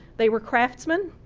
they were craftsmen,